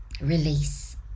Release